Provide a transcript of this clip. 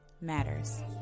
matters